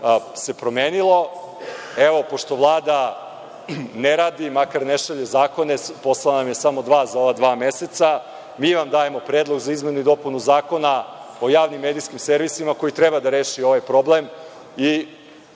to promenilo, evo pošto Vlada ne radi, makar ne šalju zakone, poslala je samo dva za ova dva meseca, mi vam dajemo predlog za izmenu i dopunu Zakona o javnim medijskim servisima koji treba da reši ovaj problem